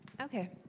Okay